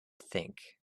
think